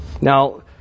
Now